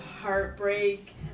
heartbreak